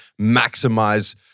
maximize